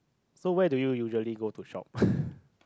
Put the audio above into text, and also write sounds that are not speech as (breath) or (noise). so where do you usually go to shop (breath)